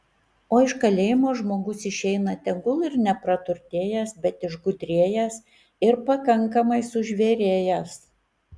o iš kalėjimo žmogus išeina tegul ir nepraturtėjęs bet išgudrėjęs ir pakankamai sužvėrėjęs